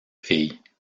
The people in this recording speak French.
filles